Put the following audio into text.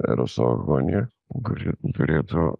eroso agonija kuri turėtų